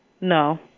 No